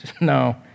No